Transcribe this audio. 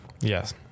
Yes